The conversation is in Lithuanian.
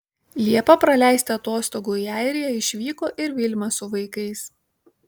liepą praleisti atostogų į airiją išvyko ir vilma su vaikais